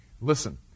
Listen